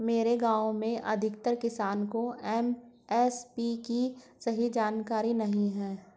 मेरे गांव में अधिकतर किसान को एम.एस.पी की सही जानकारी नहीं है